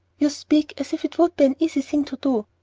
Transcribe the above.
you speak as if it would be an easy thing to do.